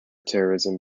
terrorism